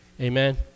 Amen